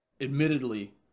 admittedly